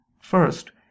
first